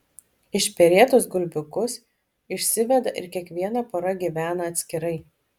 išperėtus gulbiukus išsiveda ir kiekviena pora gyvena atskirai